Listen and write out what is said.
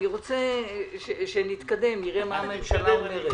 אני רוצה שנתקדם ונראה מה הממשלה אומרת.